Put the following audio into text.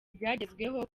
ibyagezweho